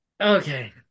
Okay